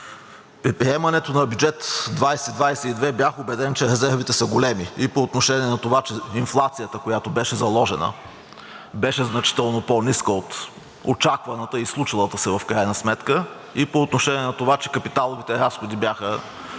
При приемането на бюджет 2022 бях убеден, че резервите са големи и по отношение на това, че инфлацията, която беше заложена, беше значително по-ниска от очакваната и случилата се в крайна сметка, и по отношение на това, че капиталовите разходи бяха